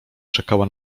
czekała